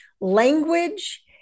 language